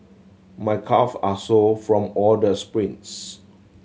my calve are sore from all the sprints